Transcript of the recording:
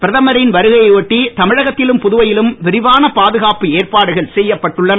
பிரதமரின் வருகையை ஒட்டி தமிழகத்திலும் புதுவையிலும் விரிவான பாதுகாப்பு ஏற்பாடுகள் செய்யப்பட்டுள்ளன